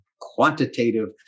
quantitative